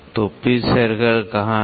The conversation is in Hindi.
तो पिच सर्कल कहां है